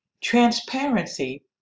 Transparency